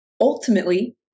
Ultimately